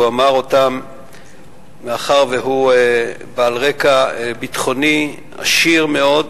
אמר מאחר שהוא בעל רקע ביטחוני עשיר מאוד.